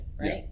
right